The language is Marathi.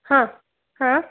हां हां